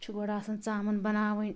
چھُ گۄڈ آسان ژامَن بَناوٕنۍ